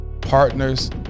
partners